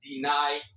deny